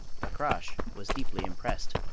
fakrash was deeply impressed.